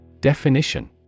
Definition